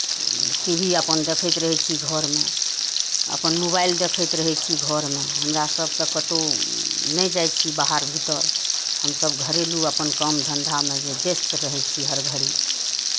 T भी अपन देखैत रहै छी घरमे अपन मोबाइल देखैत रहै छी घरमे हमरा सभ तऽ कतहु नहि जाइ छी बाहर भीतर हमसभ घरेलू अपन काम धन्धामे जे व्यस्त रहै छी हर घड़ी